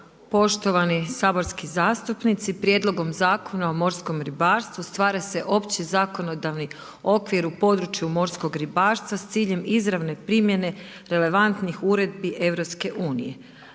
Poštovani saborski zastupnici, prijedlogom Zakona o morskom ribarstvu, stvara se opći zakonodavni okvir u području morskog ribarstva, s ciljem izravne primjedbe relevantnih uredbi EU.